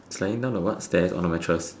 flying down the what stairs on the mattress